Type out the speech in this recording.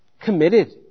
committed